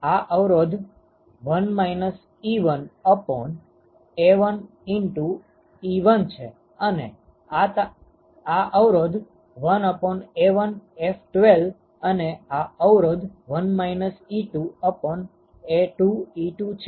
આ અવરોધ 1 1A11 છે અને આ અવરોધ 1A1F12 અને આ અવરોધ 1 2A22 છે